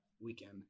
weekend